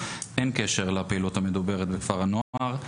אין קשר לפעילות המדוברת בכפר הנוער,